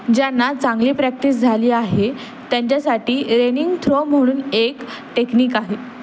ज्यांना चांगली प्रॅक्टिस झाली आहे त्यांच्यासाठी रेनिंग थ्रो म्हणून एक टेकनिक आहे